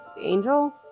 angel